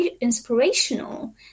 inspirational